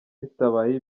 bitabaye